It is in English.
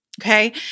okay